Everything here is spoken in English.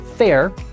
fair